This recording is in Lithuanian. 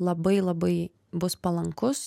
labai labai bus palankus